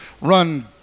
run